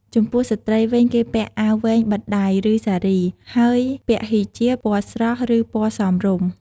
ចំពោះស្ត្រីវិញ គេពាក់អាវវែងបិទដៃ ឬ សារី ហើយពាក់ហ៊ីជាប ពណ៌ស្រស់ ឬ ពណ៌សមរម្យ។